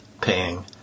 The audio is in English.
paying